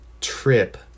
trip